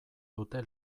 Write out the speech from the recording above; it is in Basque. dute